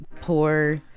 poor